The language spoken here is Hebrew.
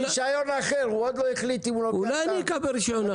אולי אני אקבל רישיון אחר?